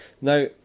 now